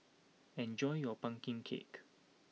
enjoy your pumpkin cake